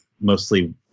mostly